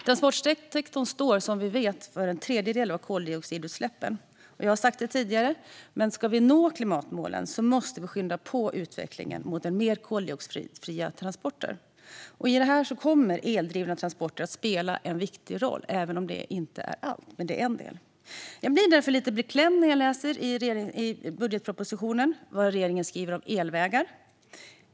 Transportsektorn står, som vi vet, för en tredjedel av koldioxidutsläppen. Jag har sagt det tidigare, men om vi ska nå klimatmålen måste vi skynda på utvecklingen mot fler koldioxidfria transporter. I detta kommer eldrivna transporter att spela en viktig roll, även om de inte är allt. Jag blir därför lite beklämd när jag läser i budgetpropositionen vad regeringen skriver om elvägar.